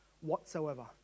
whatsoever